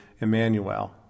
Emmanuel